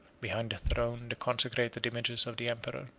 behind the throne the consecrated images of the emperor,